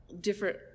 different –